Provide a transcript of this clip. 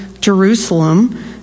Jerusalem